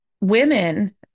women